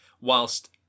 Whilst